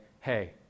hey